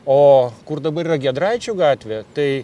o kur dabar yra giedraičių gatvė tai